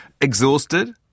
Exhausted